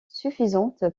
suffisante